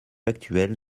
actuel